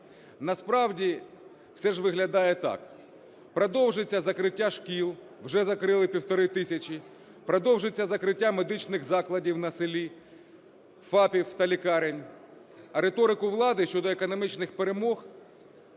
Насправді це ж виглядає так: продовжується закриття шкіл, вже закрили півтори тисячі, продовжується закриття медичних закладів на селі – ФАПів та лікарень, а риторику влади щодо економічних перемог